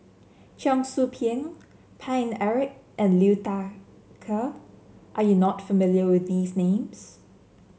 Cheong Soo Pieng Paine Eric and Liu Thai Ker are you not familiar with these names